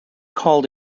called